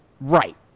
Right